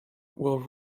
will